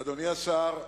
אדוני השר,